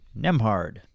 Nemhard